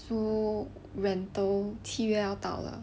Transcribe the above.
so rental 七月要到了